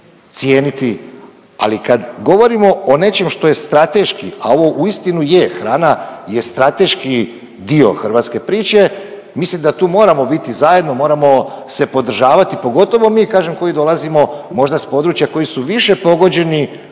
ali kad govorimo o nečem što je strateški, a ovo uistinu je, hrana je strateški dio hrvatske priče, mislim da tu moramo biti zajedno, moramo se podržavati, pogotovo mi kažem koji dolazimo možda s područja koji su više pogođeni